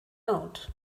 out